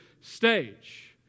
stage